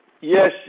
Yes